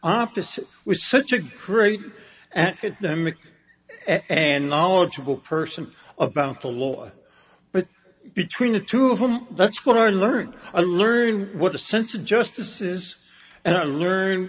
opposite was such a great and mick and knowledgeable person about the law but between the two of them that's what i learnt a learn what the sense of justice is and i learned